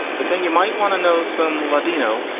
but then you might want to know some ladino,